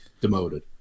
Demoted